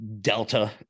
Delta